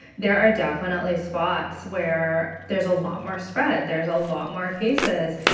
there are definitely spots where there's a lot more spread, there's a lot more cases.